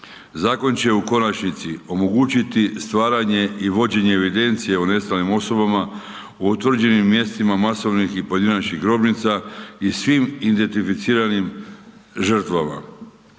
Zakon će u konačnici omogućiti stvaranje i vođenje evidencije o nestalim osobama o utvrđenim mjestima masovnih i pojedinačnih grobnica i svim identificiranim žrtvama.